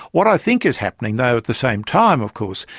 what i think is happening though at the same time of course,